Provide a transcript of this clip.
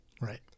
Right